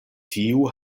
tiu